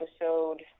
episode